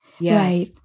Right